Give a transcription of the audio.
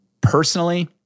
personally